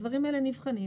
הדברים האלה נבחנים,